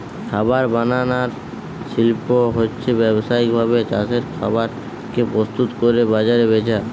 খাবার বানানার শিল্প হচ্ছে ব্যাবসায়িক ভাবে চাষের খাবার কে প্রস্তুত কোরে বাজারে বেচা